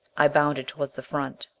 i bounded toward the front.